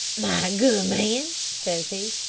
my good man says he,